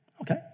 Okay